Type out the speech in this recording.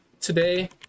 today